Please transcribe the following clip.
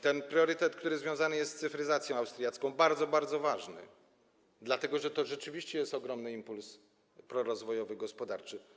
Ten priorytet, który związany jest z cyfryzacją austriacką, jest bardzo ważny, dlatego że rzeczywiście jest to ogromy impuls, prorozwojowy impuls gospodarczy.